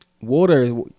Water